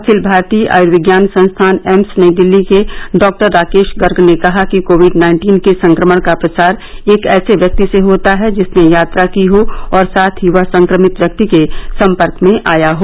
अखिल भारतीय आयर्विज्ञान संस्थान एम्स नई दिल्ली के डॉक्टर राकेश गर्ग ने कहा कि कोविड नाइन्टीन के संक्रमण का प्रसार एक ऐसे व्यक्ति से होता है जिसने यात्रा की हो और साथ ही वह संक्रमित व्यक्ति के सम्पर्क में आया हो